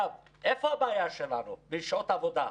איפה הבעיה שלנו בשעות עבודה?